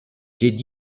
did